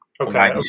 Okay